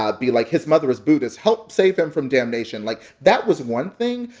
ah be like, his mother is buddhist help save him from damnation. like, that was one thing.